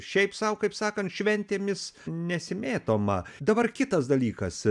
šiaip sau kaip sakant šventėmis nesimėtoma dabar kitas dalykas